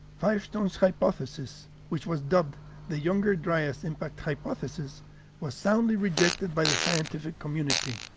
firestone's hypothesis, which was dubbed the younger dryas impact hypothesis was soundly rejected by the scientific community.